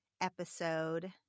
episode